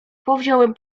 powziąłem